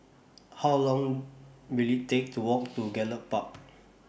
How Long Will IT Take to Walk to Gallop Park